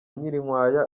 nyirinkwaya